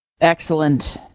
Excellent